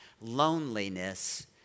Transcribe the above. loneliness